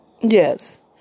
Yes